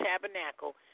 tabernacle